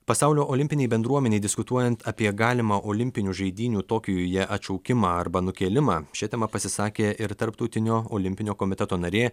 pasaulio olimpinei bendruomenei diskutuojant apie galimą olimpinių žaidynių tokijuje atšaukimą arba nukėlimą šia tema pasisakė ir tarptautinio olimpinio komiteto narė